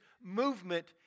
movement